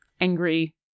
angry